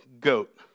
goat